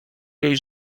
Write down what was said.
jej